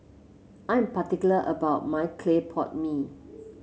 I'm particular about my Clay Pot Mee